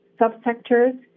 subsectors